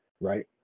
right